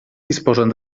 disposen